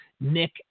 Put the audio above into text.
Nick